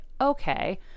okay